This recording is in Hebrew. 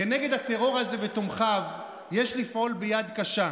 כנגד הטרור הזה ותומכיו יש לפעול ביד קשה: